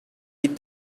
eat